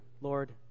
Lord